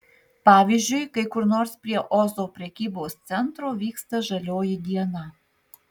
pavyzdžiui kai kur nors prie ozo prekybos centro vyksta žalioji diena